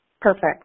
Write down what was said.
Perfect